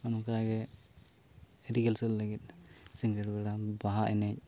ᱚᱱᱠᱟᱜᱮ ᱨᱤᱭᱟᱹᱞᱥᱟᱹᱞ ᱞᱟᱹᱜᱤᱫ ᱥᱤᱸᱜᱟᱹᱲ ᱵᱮᱲᱟ ᱵᱟᱦᱟ ᱮᱱᱮᱡ